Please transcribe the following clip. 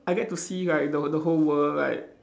I get to see like the the whole world like